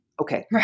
Okay